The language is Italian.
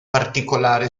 particolare